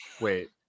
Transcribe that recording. wait